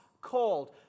called